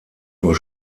nur